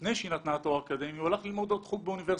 לפני שהיא נתנה תואר אקדמי הוא הלך ללמוד עוד חוג באוניברסיטה.